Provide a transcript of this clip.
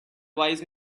wise